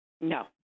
No